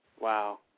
wow